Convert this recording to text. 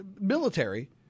military